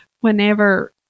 whenever